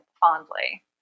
fondly